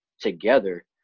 together